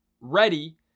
ready